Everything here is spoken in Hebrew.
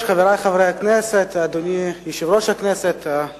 חברי חברי הכנסת, אנחנו